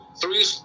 three